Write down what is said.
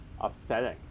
upsetting